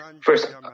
First